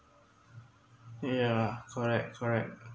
yeah correct correct